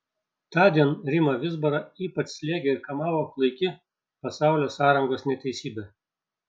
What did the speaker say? tądien rimą vizbarą ypač slėgė ir kamavo klaiki pasaulio sąrangos neteisybė